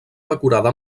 decorada